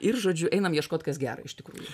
ir žodžiu einam ieškot kas gera iš tikrųjų